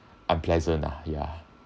unpleasant ah ya